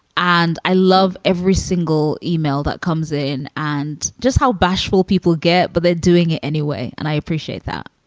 and i love every single email that comes in and just how bashful people get, but they're doing it anyway. and i appreciate that